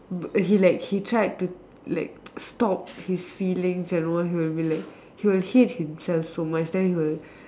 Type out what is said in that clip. but he like he like to tried to like stop his feelings and all he will be like he will hate himself so much then he will